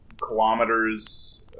kilometers